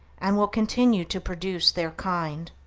and will continue to produce their kind.